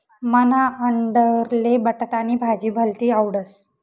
मन्हा आंडोरले बटाटानी भाजी भलती आवडस